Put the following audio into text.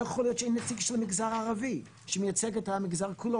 לא יכול להיות שאין נציג של המגזר הערבי שמייצג את המגזר כולו,